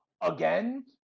again